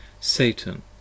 Satan